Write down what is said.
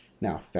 now